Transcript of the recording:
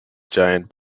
giant